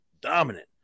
dominant